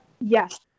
Yes